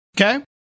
Okay